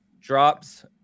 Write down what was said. Drops